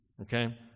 Okay